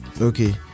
okay